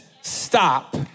stop